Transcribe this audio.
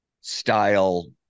style